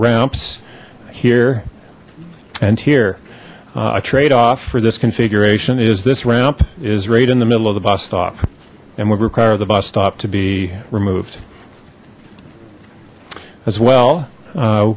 ramps here and here a trade off for this configuration is this ramp is right in the middle of the bus stop and would require the bus stop to be removed as well